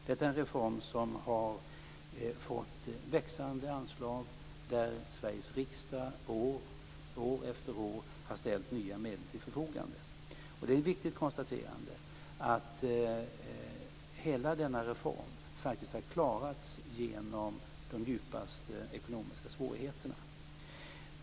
Det är en reform som har fått växande anslag, där Sveriges riksdag år efter år har ställt nya medel till förfogande. Det är ett viktigt konstaterande att hela denna reform faktiskt har klarats genom de djupaste ekonomiska svårigheterna.